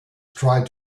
tried